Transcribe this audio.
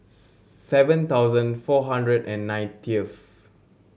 seven thousand four hundred and ninetieth